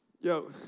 yo